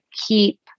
keep